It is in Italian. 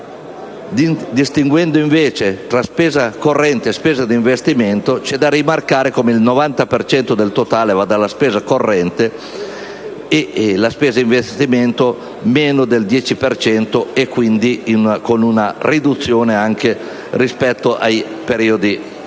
cento. Distinguendo invece tra spesa corrente e spesa d'investimento, bisogna rimarcare come il 90 per cento del totale vada alla spesa corrente, e alla spesa per investimento meno del 10 per cento, quindi con una riduzione anche rispetto ai periodi precedenti.